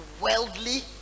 worldly